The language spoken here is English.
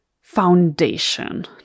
foundation